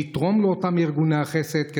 לתרום לאותם ארגוני חסד,